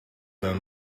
them